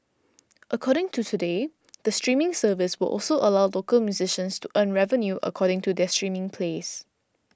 according to Today the streaming service will also allow local musicians to earn revenue according to their streaming plays